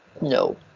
No